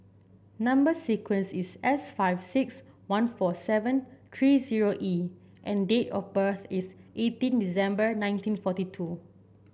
number sequence is S five six one four seven three zero E and date of birth is eighteen December nineteen forty two